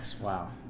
Wow